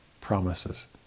promises